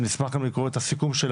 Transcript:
ונשמח גם לקרוא את הסיכום שלה,